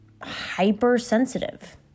hypersensitive